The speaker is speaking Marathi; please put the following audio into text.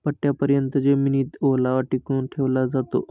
पट्टयापर्यत जमिनीत ओलावा टिकवून ठेवला जातो